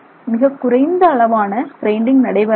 மிகக்குறைந்த அளவான கிரைண்டிங் நடைபெறலாம்